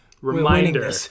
Reminder